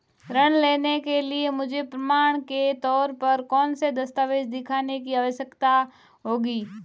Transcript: ऋृण लेने के लिए मुझे प्रमाण के तौर पर कौनसे दस्तावेज़ दिखाने की आवश्कता होगी?